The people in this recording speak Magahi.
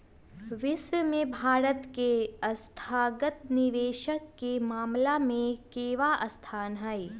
विश्व में भारत के संस्थागत निवेशक के मामला में केवाँ स्थान हई?